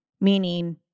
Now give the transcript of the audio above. Meaning